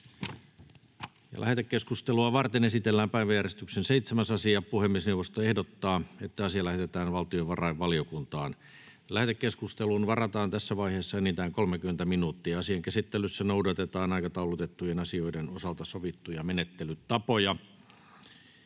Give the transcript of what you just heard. Lähetekeskustelua varten esitellään päiväjärjestyksen 7. asia. Puhemiesneuvosto ehdottaa, että asia lähetetään valtiovarainvaliokuntaan. Lähetekeskusteluun varataan tässä vaiheessa enintään 30 minuuttia. Asian käsittelyssä noudatetaan aikataulutettujen asioiden osalta sovittuja menettelytapoja.